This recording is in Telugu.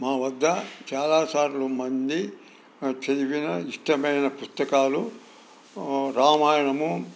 మా వద్ద చాలా సార్లు మంది చదివినా ఇష్టమైన పుస్తకాలు రామాయణము